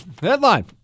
Headline